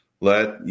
Let